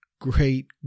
great